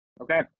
Okay